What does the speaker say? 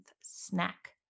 snack